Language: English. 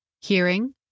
hearing